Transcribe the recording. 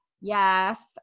Yes